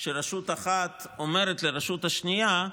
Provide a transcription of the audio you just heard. שרשות אחת אומרת לרשות השנייה: